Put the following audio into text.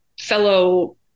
fellow